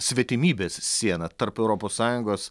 svetimybės siena tarp europos sąjungos